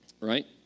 right